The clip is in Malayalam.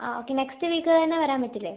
ഓക്കേ നെക്സ്റ്റ് വീക്ക് തന്നെ വരാൻ പറ്റില്ലേ